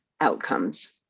outcomes